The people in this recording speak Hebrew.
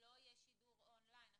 --- לא יהיה שידור on line.